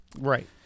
Right